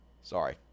Sorry